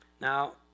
Now